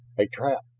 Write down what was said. a trap!